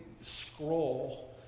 scroll